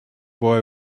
boy